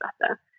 better